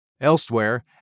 Elsewhere